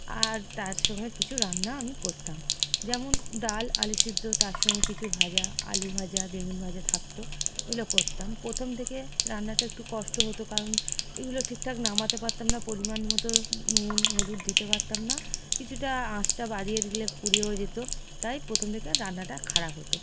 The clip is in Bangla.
আর তার সঙ্গে কিছু রান্না আমি করতাম যেমন ডাল আলু সিদ্ধ তার সঙ্গে কিছু ভাজা আলু ভাজা বেগুন ভাজা থাকত এগুলো করতাম প্রথম থেকে রান্নাটা একটু কষ্ট হতো কারণ এগুলো ঠিকঠাক নামাতে পারতাম না পরিমাণমতো নুন হলুদ দিতে পারতাম না কিছুটা আঁচটা বাড়িয়ে দিলে পুড়েও যেত তাই প্রথম দিকের রান্নাটা খারাপ হতো